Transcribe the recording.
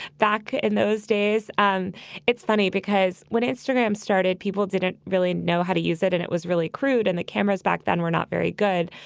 back in those days. and it's funny because when instagram started, people didn't really know how to use it. and it was really crude. and the cameras back then were not very good.